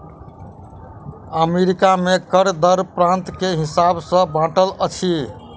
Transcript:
America में कर दर प्रान्त के हिसाब सॅ बाँटल अछि